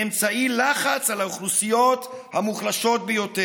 ולהבטיח את הישרדותם העתידית בו.